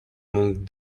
among